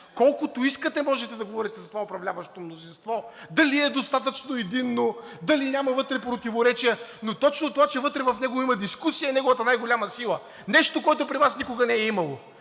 Колкото искате можете да говорите за това управляващо мнозинство – дали е достатъчно единно, дали няма вътре противоречия, но точно това, че вътре в него има дискусия, е неговата най-голяма сила – нещо, което при Вас никога не е имало!